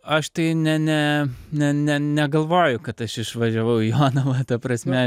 aš tai ne ne ne ne negalvoju kad aš išvažiavau įjonavą ta prasme